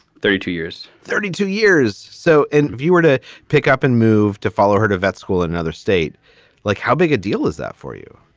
thirty two years. thirty two years. so in viewer to pick up and move to follow her to vet school, another state like how big a deal is that for you?